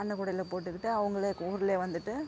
அன்னக்கூடையில் போட்டுக்கிட்டு அவங்களே ஊர்ல வந்துட்டு